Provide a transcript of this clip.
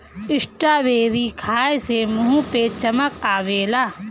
strawberry खाए से मुंह पे चमक आवेला